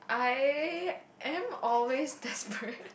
I am always desperate